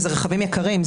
ואלה רכבים יקרים,